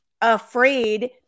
afraid